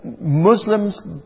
Muslims